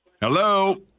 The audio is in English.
Hello